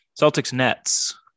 Celtics-Nets